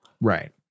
Right